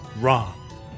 wrong